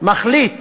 מחליט